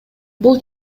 бул